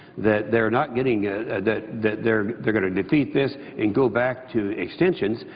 that they're not getting ah that that they're they're going to defeat this and go back to extensions,